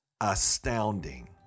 Astounding